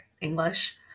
English